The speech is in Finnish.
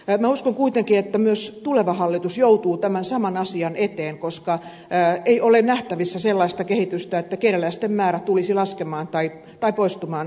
minä uskon kuitenkin että myös tuleva hallitus joutuu tämän saman asian eteen koska ei ole nähtävissä sellaista kehitystä että kerjäläisten määrä tulisi laskemaan tai poistumaan suomesta